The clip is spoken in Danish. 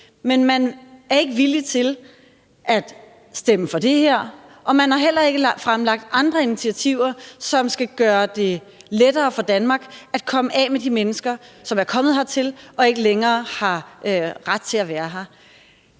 Men man er ikke villig til at stemme for det her, og man har heller ikke fremlagt andre initiativer, som skal gøre det lettere for Danmark at komme af med de mennesker, som er kommet hertil og ikke længere har ret til at være her.